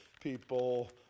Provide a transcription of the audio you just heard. people